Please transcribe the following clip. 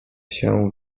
się